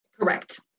Correct